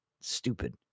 Stupid